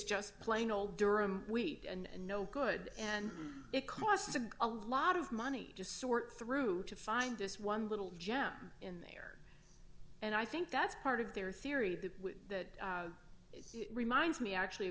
just plain old durham wheat and no good and it costs a lot of money to sort through to find this one little gem in there and i think that's part of their theory that that reminds me actually